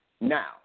Now